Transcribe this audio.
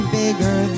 bigger